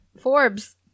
Forbes